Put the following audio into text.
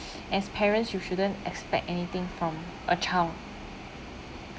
as parents you shouldn't expect anything from a child